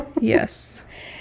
Yes